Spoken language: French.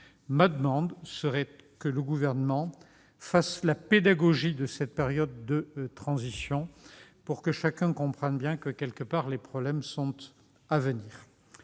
il faudrait que le Gouvernement fasse la pédagogie de cette période de transition pour que chacun comprenne bien que les problèmes sont à venir.